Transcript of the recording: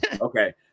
Okay